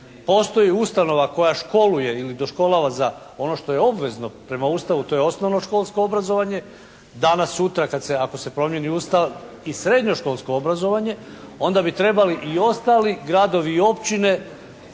postoji ustanova koja školuje ili doškolava za ono što je obvezno prema Ustavu to je osnovno školsko obrazovanje. Danas, sutra ako se promijeni Ustav i srednje školsko obrazovanje, onda bi trebali i ostali gradovi i općine